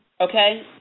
okay